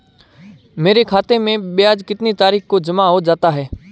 मेरे खाते में ब्याज कितनी तारीख को जमा हो जाता है?